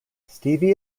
stevie